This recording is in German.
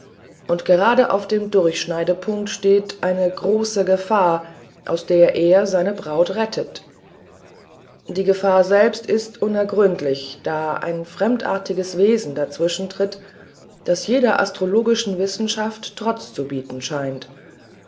und gerade auf dem durchschneidungspunkt steht eine große gefahr aus der er seine braut rettet die gefahr selbst ist unergründlich da ein fremdartiges wesen dazwischen tritt das jeder astrologischen wissenschaft trotz zu bieten scheint